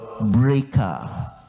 breaker